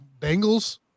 Bengals